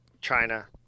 China